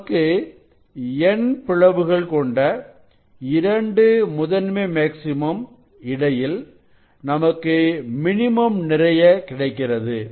நமக்கு N பிளவுகள் கொண்ட 2 முதன்மை மேக்ஸிமம் இடையில் நமக்கு மினிமம் நிறைய கிடைக்கிறது